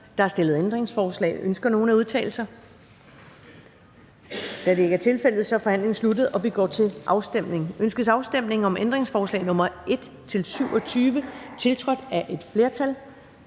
Der er stillet ændringsforslag. Ønsker nogen at udtale sig? Da det ikke er tilfældet, er forhandlingen sluttet, og vi går til afstemning. Kl. 14:56 Afstemning Første næstformand (Karen Ellemann):